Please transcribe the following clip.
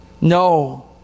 No